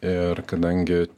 ir kadangi